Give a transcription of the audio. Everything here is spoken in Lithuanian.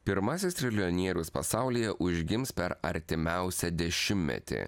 pirmasis triljonierius pasaulyje užgims per artimiausią dešimtmetį